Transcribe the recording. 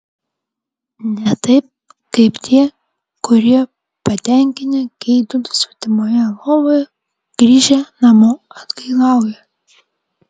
ne taip kaip tie kurie patenkinę geidulius svetimoje lovoje grįžę namo atgailauja